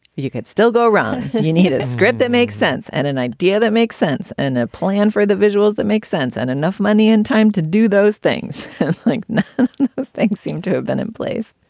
you could still go wrong. and you need a script that makes sense and an idea that makes sense and a plan for the visuals that make sense and enough money and time to do those things. i think things seem to have been in place.